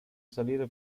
salire